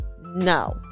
no